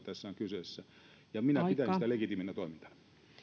tässä on kyseessä ja minä pidän sitä legitiiminä toimintana